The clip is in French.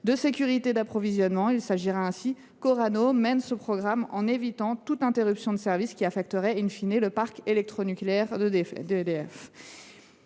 de sécurité d’approvisionnement. Il importera qu’Orano mène ce programme en évitant toute interruption de service qui affecterait le parc électronucléaire d’EDF.